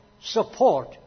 support